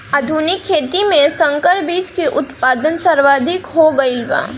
आधुनिक खेती में संकर बीज के उत्पादन सर्वाधिक हो गईल बा